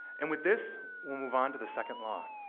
and with this, we'll move on to the second law